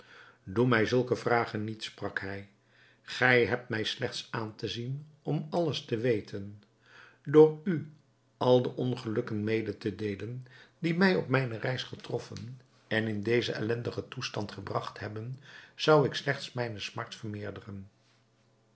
doe mij zulke vragen niet sprak hij gij hebt mij slechts aan te zien om alles te weten door u al de ongelukken mede te deelen die mij op mijne reis getroffen en in dezen ellendigen toestand gebragt hebben zou ik slechts mijne smart vermeerderen